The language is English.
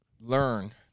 learn